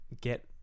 get